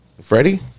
Freddie